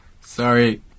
Sorry